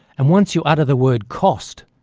and once you utter the word cost,